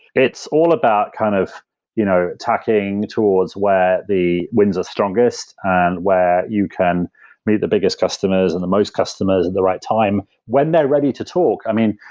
it's all about kind of you know tacking towards where the winds are strongest and where you can meet the biggest customers and the most customers at and the right time when they're ready to talk, i mean,